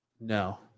No